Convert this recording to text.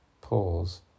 Pause